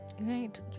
right